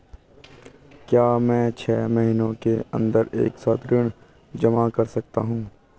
क्या मैं छः महीने के अन्दर एक साथ ऋण जमा कर सकता हूँ?